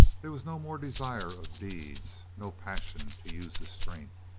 there was no more desire of deeds, no passion to use his strength,